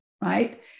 Right